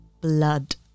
blood